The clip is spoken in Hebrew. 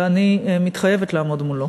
ואני מתחייבת לעמוד מולו.